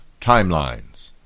Timelines